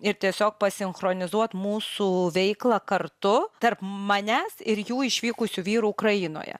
ir tiesiog pasinchronizuot mūsų veiklą kartu tarp manęs ir jų išvykusių vyrų ukrainoje